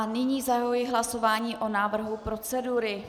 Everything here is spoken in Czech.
Nyní zahajuji hlasování o návrhu procedury.